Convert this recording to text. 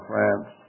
France